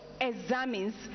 examines